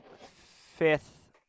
fifth